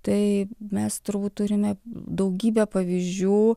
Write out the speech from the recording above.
tai mes turbūt turime daugybę pavyzdžių